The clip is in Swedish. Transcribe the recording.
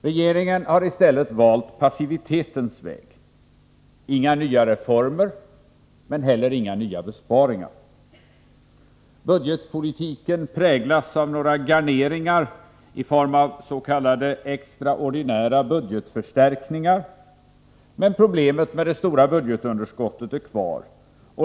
Regeringen har i stället valt passivitetens väg: inga nya reformer, men heller inga nya besparingar. Budgetpolitiken präglas av några garneringar i form av ”extraordinära budgetförstärkningar”, men problemet med det stora budgetunderskottet är kvar.